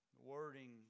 Wording